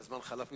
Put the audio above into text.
כי הזמן חלף.